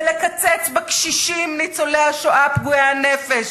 ולקצץ בקשישים ניצולי השואה פגועי הנפש,